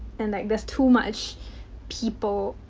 and like, there's too much people.